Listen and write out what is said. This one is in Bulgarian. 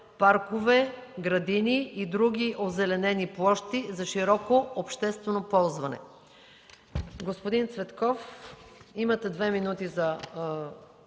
паркове, градини и други озеленени площи за широко обществено ползване.